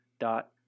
dot